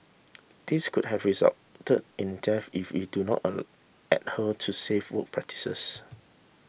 these could have resulted in death if we do not adhere to safe work practices